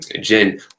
Jen